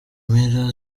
mpera